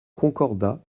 concordat